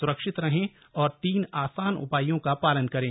स्रक्षित रहें और तीन आसान उपायों का पालन करें